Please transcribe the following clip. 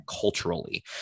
culturally